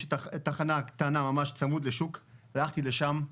יש תחנה קטנה ממש צמוד לשוק והלכתי לשם.